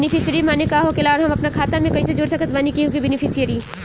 Beneficiary माने का होखेला और हम आपन खाता मे कैसे जोड़ सकत बानी केहु के बेनीफिसियरी?